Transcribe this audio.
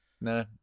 No